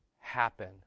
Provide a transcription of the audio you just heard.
Happen